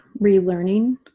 relearning